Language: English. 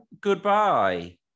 goodbye